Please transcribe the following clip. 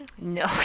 No